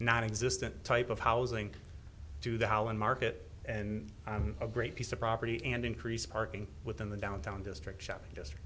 nonexistent type of housing to the holland market and i'm a great piece of property and increase parking within the downtown district shopping